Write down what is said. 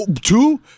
Two